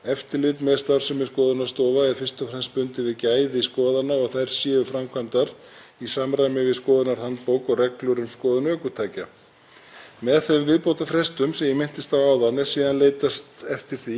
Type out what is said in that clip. Með þeim viðbótarfrestum sem ég minntist á áðan er síðan leitast eftir því eða á að reyna að tryggja að þeir sem búa fjarri skoðunarstofum með virka starfsemi verði fyrir sem minnstu óhagræði án þess þó að umferðaröryggi sé ógnað.